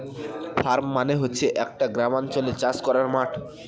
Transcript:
farm মানে হচ্ছে একটা গ্রামাঞ্চলে চাষ করার মাঠ